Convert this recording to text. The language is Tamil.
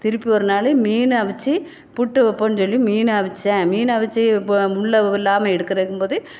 திருப்பி ஒரு நாள் மீன் அவித்து புட்டு வைப்போம்னு சொல்லி மீன் அவிச்சேன் மீன் அவித்து ப முள்ளு இல்லாமல் எடுக்கிற போது